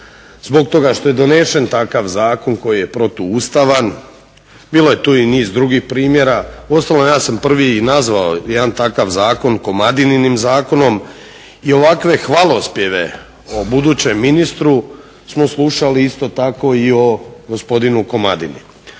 zbog toga što je donesen takav zakon koji je protuustavan. Bilo je tu i niz drugih primjera. Uostalom ja sam prvi i nazvao jedan takav zakon Komadininim zakonom i ovakve hvalospjeve o budućem ministru smo slušali isto tako i o gospodinu Komadini.